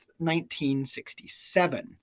1967